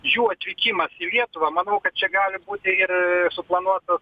jų atvykimą į lietuvą manau kad čia gali būti ir suplanuotas